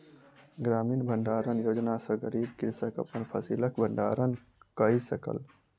ग्रामीण भण्डारण योजना सॅ गरीब कृषक अपन फसिलक भण्डारण कय सकल